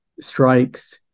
strikes